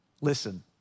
listen